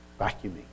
Vacuuming